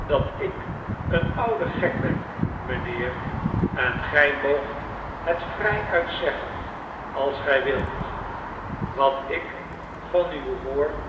dat ik een oude gek ben mijnheer en gij moogt het vrijuit zeggen als gij wilt wat ik van u hoor